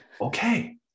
Okay